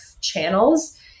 channels